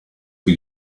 für